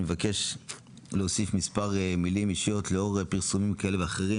אני אבקש להוסיף מספר מילים אישיות לאור פרסומים כאלה ואחרים